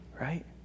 right